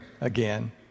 again